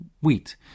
wheat